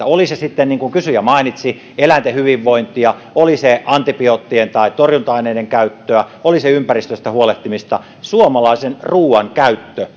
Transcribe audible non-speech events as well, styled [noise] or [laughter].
[unintelligible] oli se sitten niin kuin kysyjä mainitsi eläinten hyvinvointia oli se antibioottien tai torjunta aineiden käyttöä oli se ympäristöstä huolehtimista suomalaisen ruuan käyttö [unintelligible]